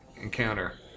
encounter